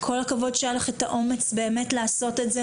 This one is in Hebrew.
כל הכבוד שהיה לך את האומץ באמת לעשות את זה,